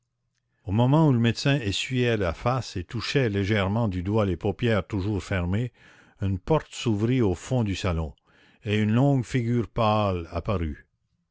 au moment où le médecin essuyait la face et touchait légèrement du doigt les paupières toujours fermées une porte s'ouvrit au fond du salon et une longue figure pâle apparut